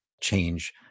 change